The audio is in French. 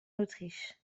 autriche